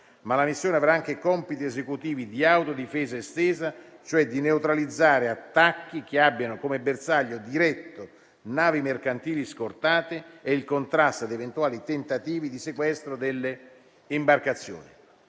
Ma la missione avrà anche compiti esecutivi di autodifesa estesa, cioè di neutralizzare attacchi che abbiano come bersaglio diretto navi mercantili scortate e il contrasto ad eventuali tentativi di sequestro delle imbarcazioni.